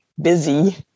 busy